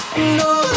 No